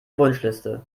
wunschliste